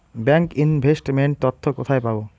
Bank investment তথ্য কোথায় পাব?